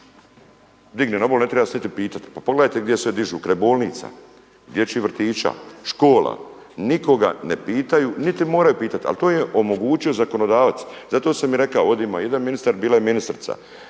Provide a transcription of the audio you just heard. Digne na obali, ne treba se niti pitati, pa pa pogledajte gdje sve dižu, kraj bolnica, dječjih vrtića, škola. Nikoga ne pitaju niti moraju pitati, ali to je omogućio zakonodavac. Zato sam i rekao ovdje ima jedan ministar, bila je ministrica